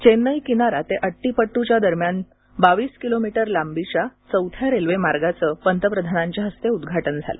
चेन्नई किनारा ते अट्टीपड्ट दरम्यानच्या बावीस किलोमीटर लांबीच्या चौथ्या रेल्वेमार्गाचं पंतप्रधानांच्या हस्ते उद्घाटन झालं